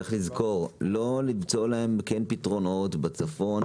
צריך לזכור שלא צריך למצוא להם פתרונות בצפון,